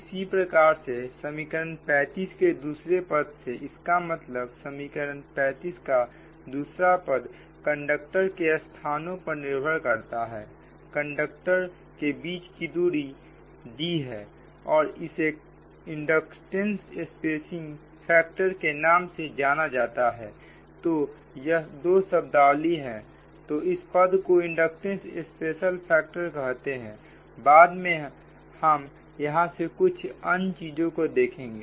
इसी प्रकार से समीकरण 35 के दूसरे पद से इसका मतलब समीकरण 35 का दूसरा पद कंडक्टर के स्थानों पर निर्भर करता है कंडक्टर के बीच की दूरी D है और इसे इंडक्टेंस स्पेसिंग फैक्टर के नाम से जाना जाता है तो यह दो शब्दावली है तो इस पद को इंडक्टेंस स्पेसिंग फैक्टर करते हैं बाद में हम यहां से कुछ सामान्य चीजों को देखेंगे